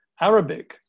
Arabic